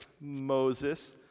Moses